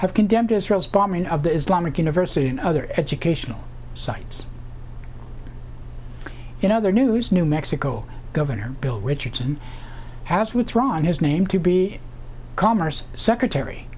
have condemned israel's bombing of the islamic university and other educational sites in other news new mexico governor bill richardson has withdrawn his name to be commerce secretary